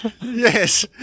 Yes